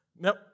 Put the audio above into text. Nope